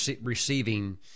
receiving